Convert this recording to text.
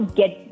get